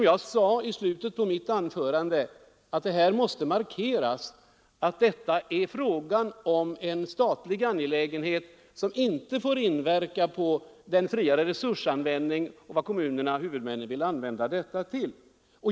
Jag sade i slutet på mitt anförande att det måste markeras att det här är fråga om en statlig angelägenhet, som inte får inverka på den friare resursanvändningen och hur kommunerna, huvudmännen, vill utnyttja resurserna.